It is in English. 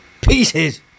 pieces